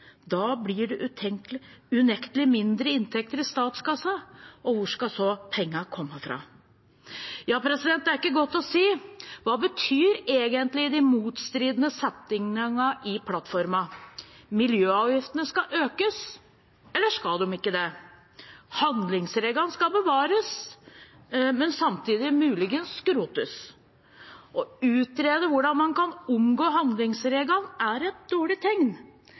Da blir det unektelig mindre inntekter i statskassen. Og hvor skal så pengene komme fra? Det er ikke godt å si. Hva betyr egentlig de motstridende setningene i plattformen? Miljøavgiftene skal økes – eller skal de ikke det? Handlingsregelen skal bevares – men samtidig muligens skrotes. Å utrede hvordan man kan omgå handlingsregelen, er et dårlig tegn.